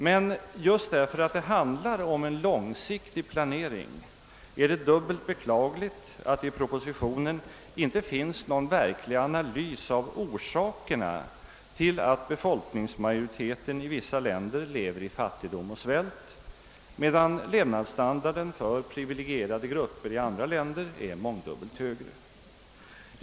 Men just därför att det handlar om en långsiktig planering är det dubbelt beklagligt att det i propositionen inte finns någon verklig analys av att befolkningsmajoriteten i vissa länder lever i fattigdom och svält, medan levnadsstandarden för privilegierade grupper i andra länder är mångdubbelt högre.